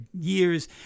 years